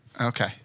Okay